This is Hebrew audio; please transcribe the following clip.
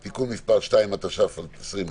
(תיקון מס' 2), התש"ף-2020,